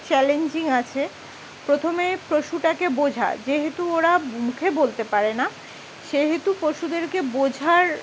challenging আছে প্রথমে পশুটাকে বোঝা যেহেতু ওরা মুখে বলতে পারে না সেহেতু পশুদেরকে বোঝার